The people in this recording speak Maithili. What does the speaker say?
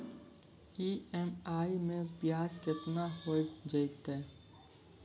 ई.एम.आई मैं ब्याज केतना हो जयतै?